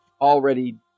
already